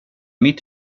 mitt